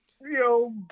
Yo